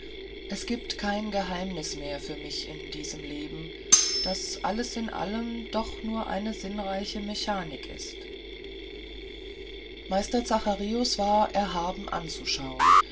es giebt kein geheimniß mehr für mich in diesem leben das alles in allem doch nur eine sinnreiche mechanik ist meister zacharius war erhaben anzuschauen